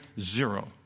Zero